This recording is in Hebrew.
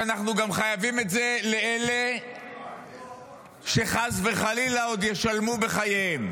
אנחנו גם חייבים את זה לאלה שחס וחלילה עוד ישלמו בחייהם.